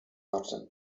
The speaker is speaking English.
northern